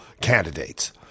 candidates